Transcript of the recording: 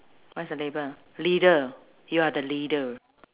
what's your label leader you are the leader